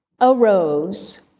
arose